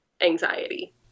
anxiety